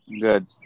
Good